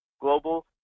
global